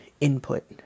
input